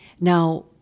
Now